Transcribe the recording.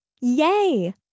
Yay